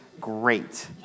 great